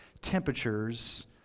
temperatures